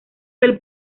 del